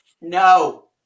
No